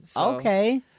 Okay